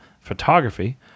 photography